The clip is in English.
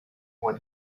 when